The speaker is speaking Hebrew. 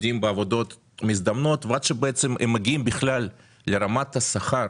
עובדים בעבודות מזדמנות ועד שהם מגיעים לרמת השכר